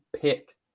pick